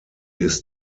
ist